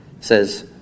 Says